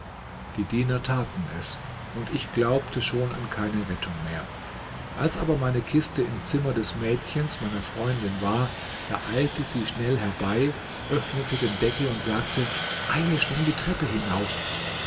die diener taten es und ich glaubte schon an keine rettung mehr als aber meine kiste im zimmer des mädchens meiner freundin war da eilte sie schnell herbei öffnete den deckel und sagte eile schnell die treppe hinauf